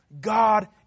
God